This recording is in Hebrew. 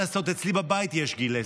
אצלי בבית יש גיל עשר,